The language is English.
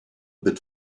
bit